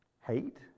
hate